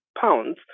pounds